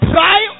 Try